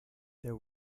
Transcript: there